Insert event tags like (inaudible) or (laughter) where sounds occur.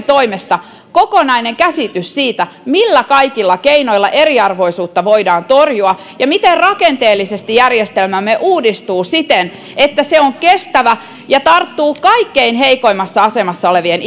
(unintelligible) toimesta kokonainen käsitys siitä millä kaikilla keinoilla eriarvoisuutta voidaan torjua ja miten järjestelmämme uudistuu rakenteellisesti siten että se on kestävä ja tarttuu kaikkein heikoimmassa asemassa oleviin (unintelligible)